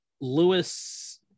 Lewis